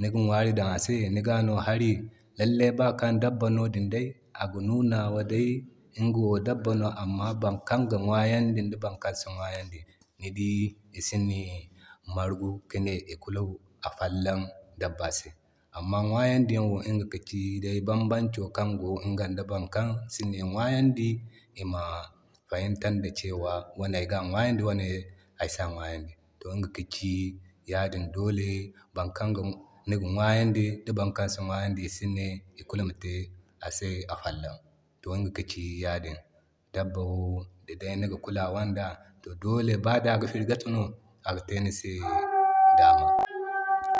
ni ga ŋwari dan ase niga no hari lallay bakan day dabba no aga nunawa day iga wo dabba no. Amma bankan ga ŋwayandi di ban kan si ŋwayandi ni di isini margu ka ne ikulu afollan dabba se. Amma ŋwayandi yaŋo iga ka ci day banbanco kan go bankan ga ŋwayandi da bankan si ŋwayandi ima fahimci da cewa wane ga ŋwayandi wane a sa ŋwayandi. To iga kabci ya din dole bankan niga ŋwayandi dibbankan si ŋwayandi isi ne ikulu ima te afollon To iga ka ci yaa din, dabba wo diday niga kulawan da to dole baday iga firgita no aga te nise dama